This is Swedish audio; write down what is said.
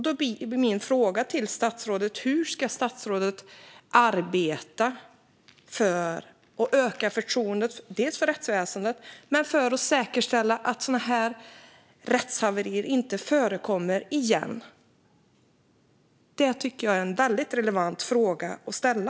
Då blir min fråga: Hur ska statsrådet arbeta för att öka förtroendet för rättsväsendet och för att säkerställa att sådana här rättshaverier inte förekommer igen? Det tycker jag är en väldigt relevant fråga att ställa.